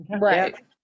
right